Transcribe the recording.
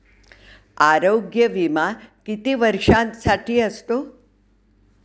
आरोग्य विमा किती वर्षांसाठी असतो?